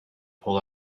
pull